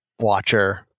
watcher